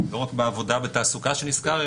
לא רק בעבודה ובתעסוקה שנזכרו,